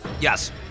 Yes